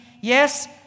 yes